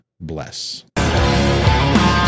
bless